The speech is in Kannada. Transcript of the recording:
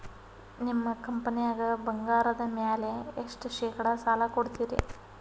ನಿಮ್ಮ ಕಂಪನ್ಯಾಗ ಬಂಗಾರದ ಮ್ಯಾಲೆ ಎಷ್ಟ ಶೇಕಡಾ ಸಾಲ ಕೊಡ್ತಿರಿ?